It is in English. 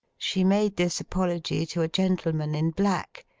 she made this apology to a gentleman in black,